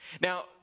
Now